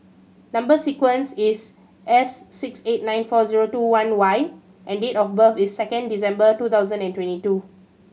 number sequence is S six eight nine four zero two one Y and date of birth is second December two thousand and twenty two